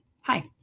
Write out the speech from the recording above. Hi